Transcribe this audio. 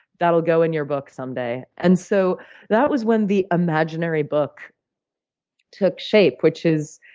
that'll go in your book someday. and so that was when the imaginary book took shape, which is,